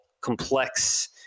complex